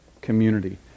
community